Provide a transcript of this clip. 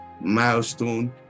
milestone